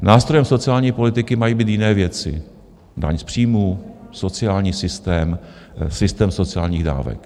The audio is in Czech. Nástrojem sociální politiky mají být jiné věci daň z příjmu, sociální systém, systém sociálních dávek.